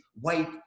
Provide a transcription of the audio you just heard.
white